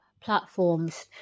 platforms